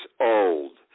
old